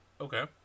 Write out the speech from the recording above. Okay